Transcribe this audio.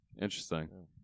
Interesting